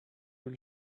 will